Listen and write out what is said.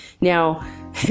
Now